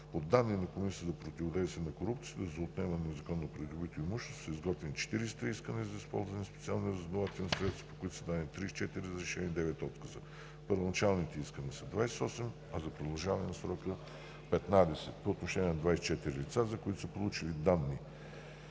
По данни на Комисията за противодействие на корупцията и за отнемане на незаконно придобитото имущество са изготвени 43 искания за използване на специални разузнавателни средства, по които са дадени 34 разрешения и 9 отказа. Първоначалните искания са 28 и за продължаване на срока са 15. По отношение на 24 лица, за които са получени данни